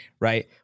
Right